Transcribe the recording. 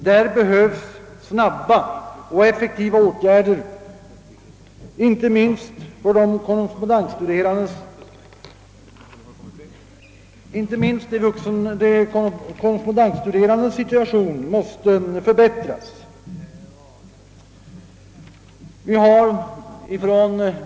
Här behövs snabba och effektiva åtgärder. Inte minst de korrespondensstuderandes situation måste förbättras.